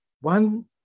one